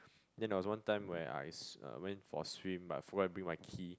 then there was one time when I s~ uh went for a swim but I forget to bring my key